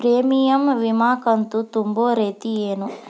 Premium ವಿಮಾ ಕಂತು ತುಂಬೋ ರೇತಿ ಏನು?